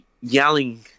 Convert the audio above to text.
yelling